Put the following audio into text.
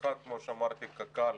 אחד, כמו שאמרתי, קק"ל